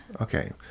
Okay